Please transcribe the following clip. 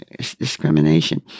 discrimination